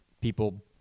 people